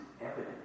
evidence